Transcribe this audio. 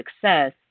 success